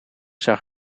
zag